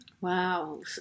wow